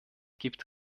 gibt